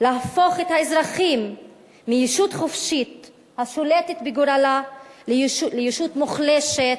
להפוך את האזרחים מישות חופשית השולטת בגורלה לישות מוחלשת,